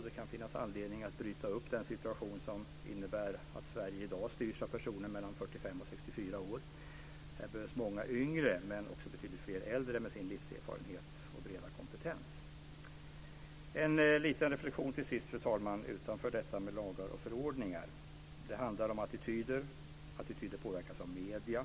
Det kan finnas anledning att bryta upp den situation som innebär att Sverige i dag styrs av personer mellan 45 och 64 år. Här behövs många yngre men också betydligt fler äldre med sin livserfarenhet och breda kompetens. En liten reflexion till sist, fru talman, utanför detta med lagar och förordningar. Det handlar om attityder. Attityder påverkas av medierna.